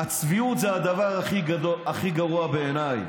הצביעות זה הדבר הכי גרוע בעיניי,